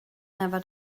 never